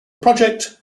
project